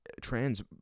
trans